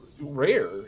rare